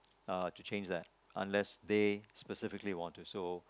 uh to change that unless they specifically want to so